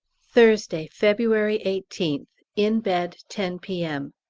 thursday, february eighteenth. in bed, ten p m.